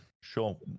Sure